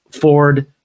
Ford